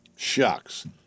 Shucks